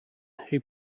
who